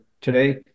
today